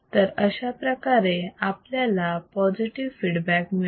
तर अशाप्रकारे आपल्याला पॉझिटिव फीडबॅक मिळतो